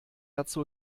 dazu